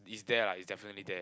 is there lah is definitely there